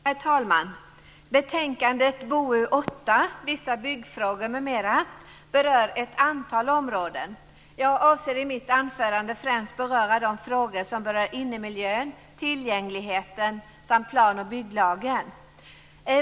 Herr talman! Betänkandet BoU8, Vissa byggfrågor m.m., berör ett antal områden. Jag avser att i mitt anförande främst ta upp de frågor som berör innemiljön, tillgängligheten samt plan och bygglagen.